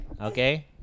Okay